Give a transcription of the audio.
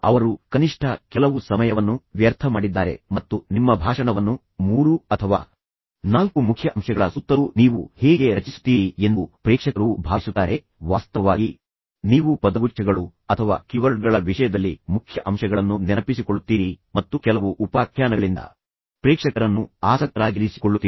ಅವರು ಕನಿಷ್ಠ ಕೆಲವು ಸಮಯವನ್ನು ವ್ಯರ್ಥ ಮಾಡಿದ್ದಾರೆ ಮತ್ತು ನಿಮ್ಮ ಭಾಷಣವನ್ನು ಮೂರು ಅಥವಾ ನಾಲ್ಕು ಮುಖ್ಯ ಅಂಶಗಳ ಸುತ್ತಲೂ ನೀವು ಹೇಗೆ ರಚಿಸುತ್ತೀರಿ ಎಂದು ಪ್ರೇಕ್ಷಕರು ಭಾವಿಸುತ್ತಾರೆ ವಾಸ್ತವವಾಗಿ ನೀವು ಪದಗುಚ್ಛಗಳು ಅಥವಾ ಕೀವರ್ಡ್ಗಳ ವಿಷಯದಲ್ಲಿ ಮುಖ್ಯ ಅಂಶಗಳನ್ನು ನೆನಪಿಸಿಕೊಳ್ಳುತ್ತೀರಿ ಮತ್ತು ಕೆಲವು ಉಪಾಖ್ಯಾನಗಳಿಂದ ಪ್ರೇಕ್ಷಕರನ್ನು ಆಸಕ್ತರಾಗಿರಿಸಿಕೊಳ್ಳುತ್ತೀರಿ